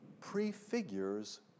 prefigures